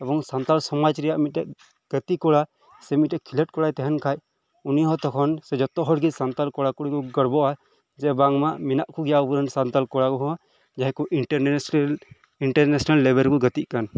ᱮᱵᱚᱝ ᱥᱟᱱᱛᱟᱞ ᱥᱚᱢᱟᱡᱽ ᱨᱮᱭᱟᱜ ᱢᱤᱫ ᱴᱮᱱ ᱜᱟᱛᱮ ᱠᱚᱲᱟ ᱥᱮ ᱢᱤᱫ ᱴᱟᱝ ᱠᱷᱮᱞᱳᱰ ᱠᱚᱲᱟᱭ ᱛᱟᱦᱮᱱ ᱠᱷᱟᱱ ᱩᱱᱤ ᱦᱚᱸ ᱛᱚᱠᱷᱚᱱ ᱥᱮ ᱡᱷᱚᱛᱚ ᱦᱚᱲ ᱜᱮ ᱥᱟᱱᱛᱟᱲ ᱠᱚᱲᱟ ᱠᱩᱲᱤ ᱠᱚ ᱜᱚᱨᱵᱚᱜᱼᱟ ᱡᱮ ᱵᱟᱝᱢᱟ ᱢᱮᱱᱟᱜ ᱠᱚᱜᱮᱭᱟ ᱟᱵᱚᱨᱮᱱ ᱥᱟᱱᱛᱟᱞ ᱠᱚᱲᱟ ᱠᱚᱦᱚᱸ ᱡᱟᱦᱟᱸᱭ ᱠᱚ ᱤᱱᱴᱟᱨᱱᱮᱥᱮᱞ ᱤᱱᱴᱟᱨᱱᱮᱥᱱᱮᱞ ᱞᱮᱹᱵᱮᱹᱞ ᱨᱮᱠᱚ ᱜᱟᱛᱮᱜ ᱠᱟᱱ